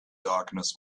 darkness